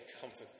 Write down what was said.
comfort